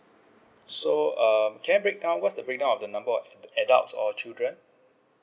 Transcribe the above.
so um can I break down what's the break down of the number on adults or children